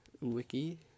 Wiki